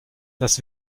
das